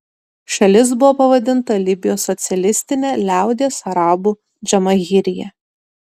šalis buvo pavadinta libijos socialistine liaudies arabų džamahirija